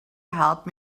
help